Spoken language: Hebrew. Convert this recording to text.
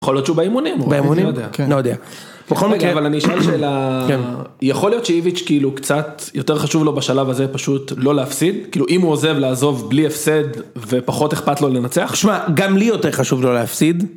יכול להיות שהוא באימונים, אבל אני שואל שאלה, יכול להיות שאיוויץ' כאילו קצת יותר חשוב לו בשלב הזה פשוט לא להפסיד? כאילו אם הוא עוזב לעזוב בלי הפסד ופחות אכפת לו לנצח? תשמע, גם לי יותר חשוב לא להפסיד.